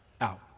out